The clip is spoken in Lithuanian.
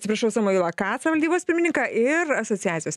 atsiprašau samoilą kacą valdybos pirmininką ir asociacijos